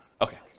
Okay